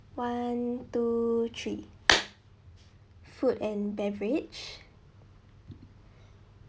one two three food and beverage